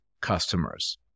customers